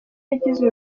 yagize